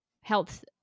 health